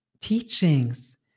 teachings